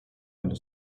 nello